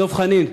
דב חנין,